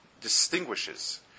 distinguishes